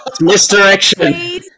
Misdirection